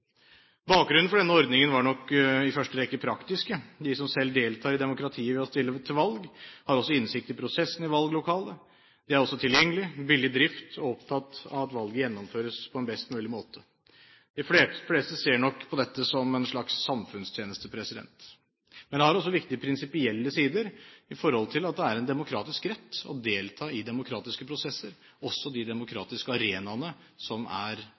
Bakgrunnen for denne ordningen var nok i første rekke av praktisk betydning. De som selv deltar i demokratiet gjennom å stille til valg, har også innsikt i prosessene i valglokalet. De er tilgjengelige, billige i drift og opptatt av at valget gjennomføres på en best mulig måte. De fleste ser nok på dette som en slags samfunnstjeneste. Men det har også viktige prinsipielle sider fordi det er en demokratisk rett å delta i demokratiske prosesser, også de demokratiske arenaene som valglokalet utgjør. Flertallet i komiteen mener at dagens ordning er